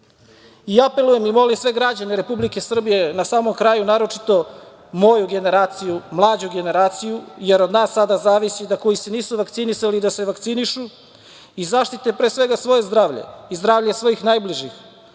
vide. Apelujem i molim sve građane Republike Srbije, na samom kraju, naročito moju generaciju, mlađu generaciju, jer od nas sada zavisi, koji se nisu vakcinisali da se vakcinišu i zaštite pre svega svoje zdravlje i zdravlje svojih najbližih